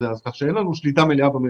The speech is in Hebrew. כך שאין לנו שליטה מלאה על המדדים.